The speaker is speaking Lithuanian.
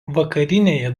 vakarinėje